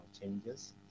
changes